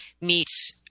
meets